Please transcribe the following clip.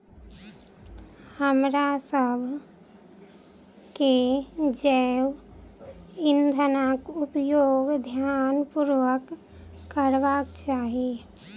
हमरासभ के जैव ईंधनक उपयोग ध्यान पूर्वक करबाक चाही